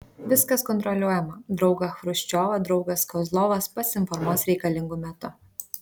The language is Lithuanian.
viskas kontroliuojama draugą chruščiovą draugas kozlovas pats informuos reikalingu metu